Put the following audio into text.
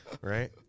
Right